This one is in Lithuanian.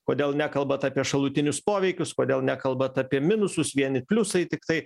kodėl nekalbat apie šalutinius poveikius kodėl nekalbat apie minusus vieni pliusai tiktai